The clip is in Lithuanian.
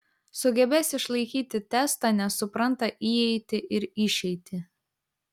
sugebės išlaikyti testą nes supranta įeitį ir išeitį